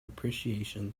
appreciation